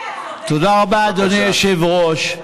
תודה רבה, אדוני היושב-ראש.